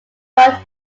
but